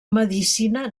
medicina